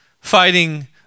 fighting